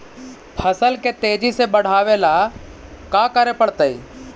फसल के तेजी से बढ़ावेला का करे पड़तई?